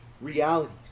realities